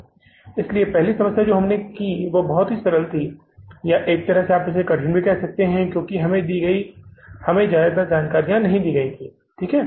इसलिए पहली समस्या जो हमने की वह बहुत ही सरल थी या एक तरह से आप इसे कठिन भी कह सकते हैं क्योंकि हमें ज्यादा जानकारी नहीं दी गई ठीक है